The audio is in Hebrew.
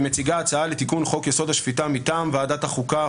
והיא מציגה הצעה לתיקון חוק יסוד: השפיטה מטעם ועדת חוקה,